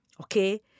Okay